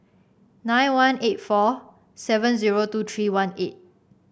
nine one eight four seven zero two three one eight